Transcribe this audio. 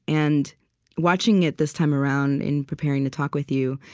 and watching it this time around, in preparing to talk with you,